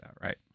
right